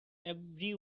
every